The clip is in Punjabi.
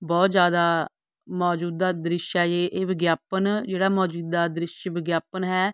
ਬਹੁਤ ਜ਼ਿਆਦਾ ਮੌਜੂਦਾ ਦ੍ਰਿਸ਼ ਹੈ ਯੇ ਇਹ ਵਿਗਿਆਪਨ ਜਿਹੜਾ ਮੌਜੂਦਾ ਦ੍ਰਿਸ਼ ਵਿਗਿਆਪਨ ਹੈ